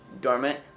dormant